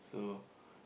so